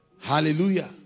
Hallelujah